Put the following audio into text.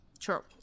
Sure